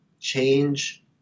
change